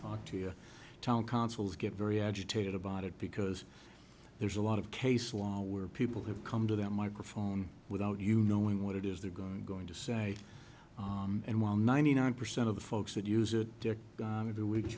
talk to your town councils get very agitated about it because there's a lot of case law where people have come to that microphone without you knowing what it is they're going going to say and while ninety nine percent of the folks that use it to do it